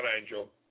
Angel